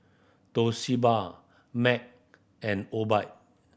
Toshiba Mac and Obike